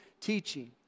teaching